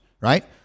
right